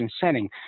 setting